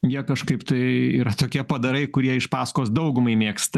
jie kažkaip tai yra tokie padarai kurie iš pasakos daugumai mėgsta